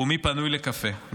היא מי פנוי לקפה.